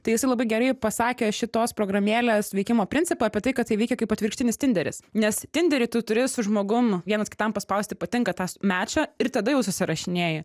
tai jisai labai gerai pasakė šitos programėlės veikimo principą apie tai kad tai veikia kaip atvirkštinis tinderis nes tindery tu turi su žmogum vienas kitam paspausti patinka tą mačą ir tada jau susirašinėji